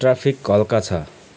traffic हल्का छ